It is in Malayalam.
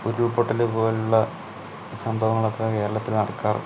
ഉരുള്പൊട്ടല് പോലുള്ള സംഭവങ്ങളോക്കെ കേരളത്തില് നടക്കാറ്